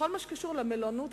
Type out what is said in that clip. בכל מה שקשור למלונות.